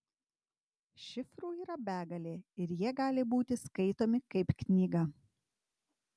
šifrų yra begalė ir jie gali būti skaitomi kaip knyga